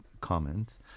comments